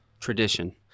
tradition